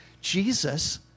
Jesus